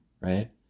right